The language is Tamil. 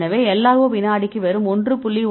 எனவே LRO வினாடிக்கு வெறும் 1